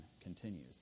continues